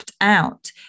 out